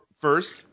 first